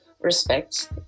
respect